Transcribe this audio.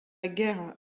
guerre